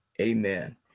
Amen